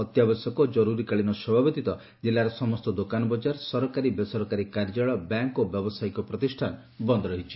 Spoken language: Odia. ଅତ୍ୟାବଶ୍ୟକ ଓ ଜରୁରୀକାଳୀନ ସେବା ବ୍ୟତୀତ ଜିଲ୍ଲାର ସମ୍ଠ ଦୋକାନ ବଜାର ସରକାରୀ ବେସରକାରୀ କାର୍ଯ୍ୟାଳୟ ବ୍ୟାଙ୍ ଓ ବ୍ୟାବସାୟିକ ପ୍ରତିଷ୍ଠାନ ବନ୍ଦ୍ ଅଛି